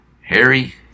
Harry